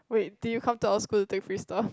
wait do you come to our school to take free stuff